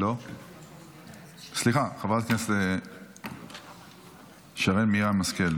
סליחה, חברת הכנסת שרן מרים השכל.